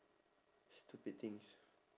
stupid things